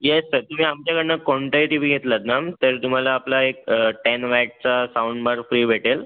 yes sir तुम्ही आमच्याकडून कोणताही टी वी घेतलात ना तरी तुम्हाला आपला एक टेन वॅटचा साउंड बार फ्री भेटेल